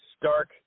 stark